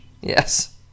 Yes